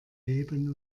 leben